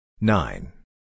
Nine